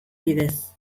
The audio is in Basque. bidez